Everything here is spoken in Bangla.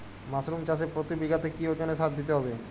মাসরুম চাষে প্রতি বিঘাতে কি ওজনে সার দিতে হবে?